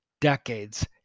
decades